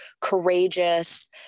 courageous